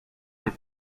des